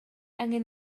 angen